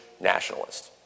nationalist